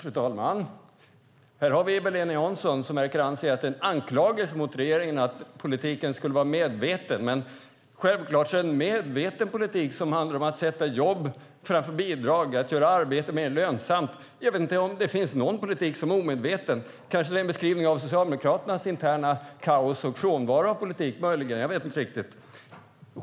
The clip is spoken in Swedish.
Fru talman! Här har vi Eva-Lena Jansson som riktar anklagelsen mot regeringen att politiken skulle vara medveten. Självklart är det en medveten politik att sätta jobb framför bidrag för att göra arbetet mer lönsamt. Jag vet inte om det finns någon politik som är omedveten. Kanske är det möjligen en beskrivning av Socialdemokraternas interna kaos och frånvaro av politik. Jag vet inte riktigt.